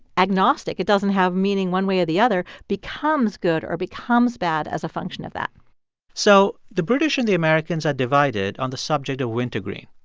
agnostic, it doesn't have meaning one way or the other, becomes good or becomes bad as a function of that so the british and the americans are divided on the subject of wintergreen,